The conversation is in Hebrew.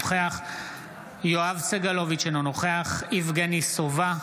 אינו נוכח יואב סגלוביץ' אינו נוכח יבגני סובה,